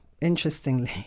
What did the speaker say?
interestingly